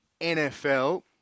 NFL